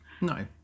No